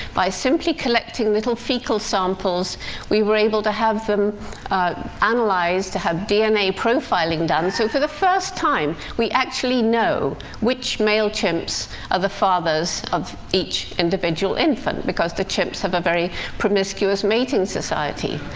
by simply collecting little fecal samples we were able to have them analyzed to have dna profiling done so for the first time, we actually know which male chimps are the fathers of each individual infant. because the chimps have a very promiscuous mating society.